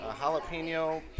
jalapeno